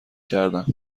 کردن